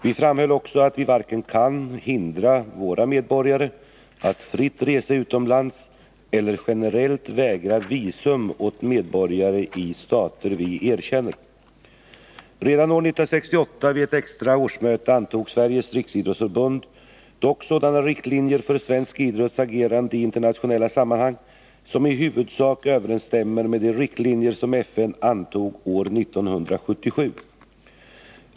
Vi framhöll också att vi varken kan hindra våra medborgare att fritt resa utomlands eller generellt vägra visum åt medborgare i stater vi erkänner. Redan år 1968 vid ett extra årsmöte antog Sveriges Riksidrottsförbund dock sådana riktlinjer för svensk idrotts agerande i internationella sammanhang som i huvudsak överensstämmer med de riktlinjer som FN antog år 1977.